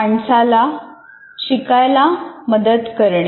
माणसांना शिकायला मदत करणे